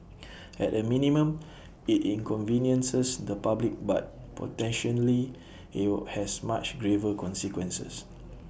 at A minimum IT inconveniences the public but potentially IT were has much graver consequences